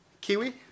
kiwi